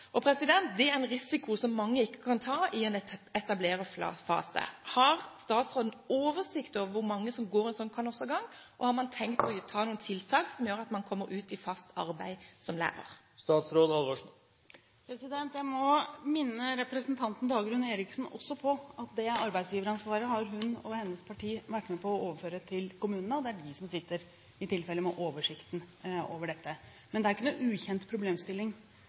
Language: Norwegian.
Det er en risiko som mange ikke kan ta i en etableringsfase. Har statsråden oversikt over hvor mange som går en slik kanossagang, og har man tenkt å sette i verk noen tiltak som gjør at man kommer ut i fast arbeid som lærer? Jeg må minne representanten Dagrun Eriksen også på at det arbeidsgiveransvaret har hun og hennes parti vært med på å overføre til kommunene, og det er i tilfelle de som sitter med oversikten over dette. Men det er ikke noen ukjent problemstilling